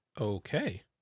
Okay